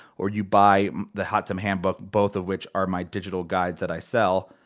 or you buy the hot tub handbook, both of which are my digital guides that i sell.